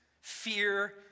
fear